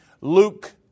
Luke